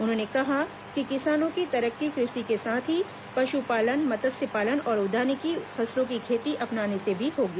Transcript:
उन्होंने कहा कि किसानों की तरक्की कृषि के साथ ही पशुपालन मत्स्यपालन और उद्यानिकी फसलों की खेती अपनाने से भी होगी